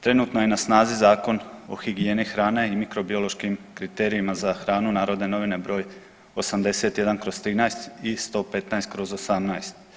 Trenutno je na snazi Zakon o higijeni hrane i mikrobiološkim kriterijima za hranu Narodne novine broj 81/13 i 115/18.